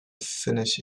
finnish